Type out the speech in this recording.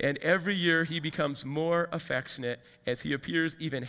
and every year he becomes more affectionate as he appears even